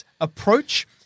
approach